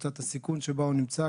בקבוצת הסיכון שבה הוא נמצא.